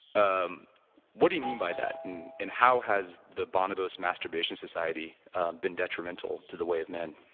um what do you mean by that and how has the bonobo's masturbation society been detrimental to the way of men?